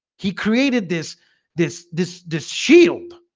he created this this dis dis shield.